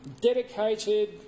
dedicated